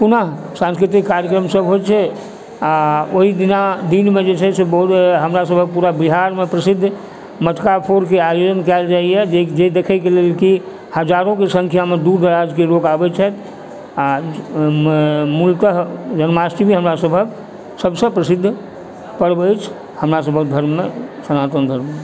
पुनः सांस्कृतिक कार्यक्रम सब होइ छै ओइ दिना दिनमे जे छै से बहुत हमरा सबकेँ पूरा बिहारमे प्रसिद्ध मटका फोरकेँ आयोजन कयल जाइए जे देखैके लेल कि हजारोके संख्यामे दूर दराजके लोक आबै छथि आओर मूलतः जन्माष्टमी हमरा सभक सबसँ प्रसिद्ध पर्व अछि हमरा सभक धर्ममे सनातन धर्ममे